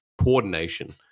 coordination